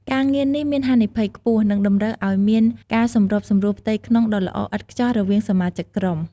ការងារនេះមានហានិភ័យខ្ពស់ និងតម្រូវឲ្យមានការសម្របសម្រួលផ្ទៃក្នុងដ៏ល្អឥតខ្ចោះរវាងសមាជិកក្រុម។